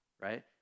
Right